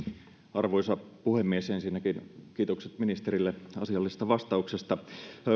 arvoisa puhemies ensinnäkin kiitokset ministerille asiallisesta vastauksesta